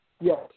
Yes